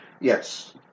Yes